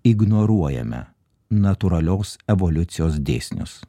ignoruojame natūralios evoliucijos dėsnius